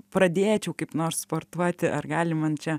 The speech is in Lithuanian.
pradėčiau kaip nors sportuoti ar gali man čia